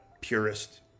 purist